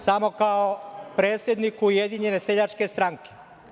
Samo, kao predsedniku Ujedinjene seljačke stranke.